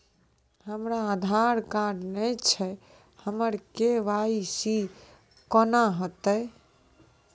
हमरा आधार कार्ड नई छै हमर के.वाई.सी कोना हैत?